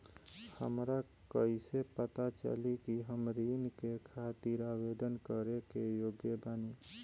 हमरा कइसे पता चली कि हम ऋण के खातिर आवेदन करे के योग्य बानी?